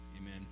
Amen